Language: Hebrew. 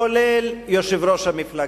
כולל יושב-ראש המפלגה,